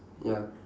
ya